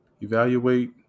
evaluate